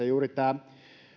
juuri tämä